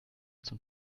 zum